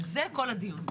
על זה כל הדיון בעצם.